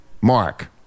Mark